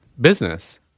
business